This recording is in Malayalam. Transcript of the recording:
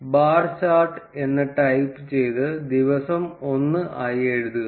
ബാർ ചാർട്ട് എന്ന് ടൈപ്പ് ചെയ്ത് ദിവസം 1 ആയി എഴുതുക